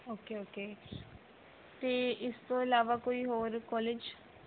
okay okay ਅਤੇ ਇਸ ਤੋਂ ਇਲਾਵਾ ਕੋਈ ਹੋਰ ਕੋਲਿਜ